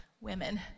women